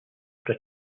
for